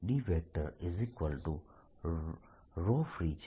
Dfree છે